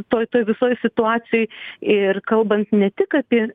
toj toj visoj situacijoj ir kalbant ne tik apie